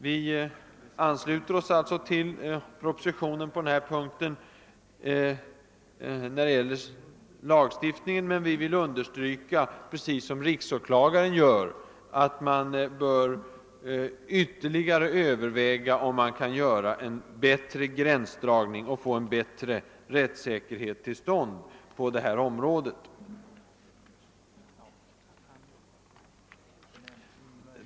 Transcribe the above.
Vi ansluter oss alltså till propositionens förslag till lagstiftning på denna punkt. Men vi vill liksom riksåklagaren framhålla, att man bör ytterligare överväga, om man kan göra en bättre gränsdragning och därmed åstadkomma bättre rättssäkerhet.